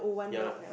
ya lah